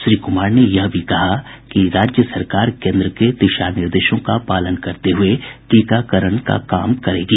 श्री कुमार ने यह भी कहा कि राज्य सरकार केंद्र के दिशा निर्देशों का पालन करते हुए टीकाकरण का कार्य करेगी